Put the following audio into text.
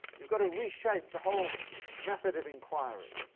you've got to reshape the whole method of inquiry.